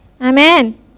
Amen